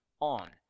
on